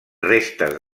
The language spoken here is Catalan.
restes